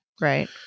right